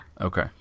Okay